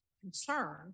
concern